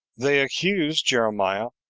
they accused jeremiah,